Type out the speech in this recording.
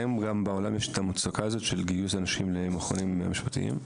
האם גם בעולם יש את המצוקה הזאת של גיוס אנשים למכונים משפטיים?